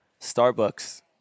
Starbucks